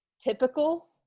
typical